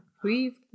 please